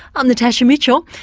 i'm natasha mitchell,